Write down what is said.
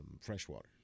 freshwater